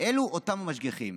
אלה אותם משגיחים.